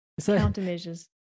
countermeasures